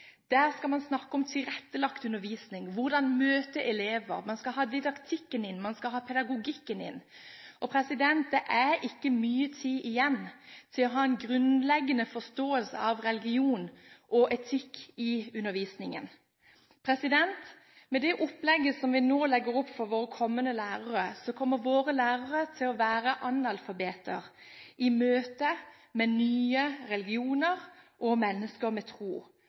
Der skal man snakke om tilrettelagt undervisning, hvordan møte elever, man skal ha didaktikken inn, man skal ha pedagogikken inn. Det er ikke mye tid igjen til å ha en grunnleggende forståelse av religion og etikk i undervisningen. Med det opplegget som vi nå legger opp for våre kommende lærere, kommer de til å være analfabeter i møte med nye religioner og mennesker med tro.